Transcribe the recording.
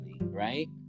right